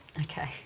Okay